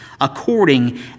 according